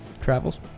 travels